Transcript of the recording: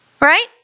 Right